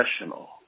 professional